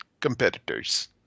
competitors